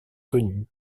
connue